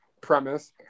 premise